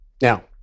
Now